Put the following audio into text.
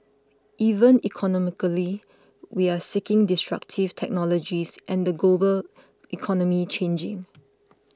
even economically we're seeking destructive technologies and the global economy changing